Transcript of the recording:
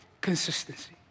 consistency